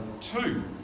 two